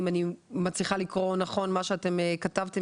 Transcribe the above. אם אני מצליחה לקרוא נכון מה שאתם כתבתם,